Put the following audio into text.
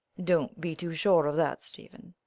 don't be too sure of that, stephen.